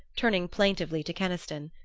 turning plaintively to keniston.